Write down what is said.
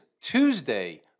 Tuesday